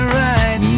right